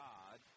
God